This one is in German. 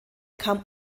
kam